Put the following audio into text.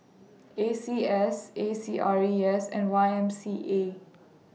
A C S A C R E S and Y M C A